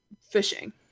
fishing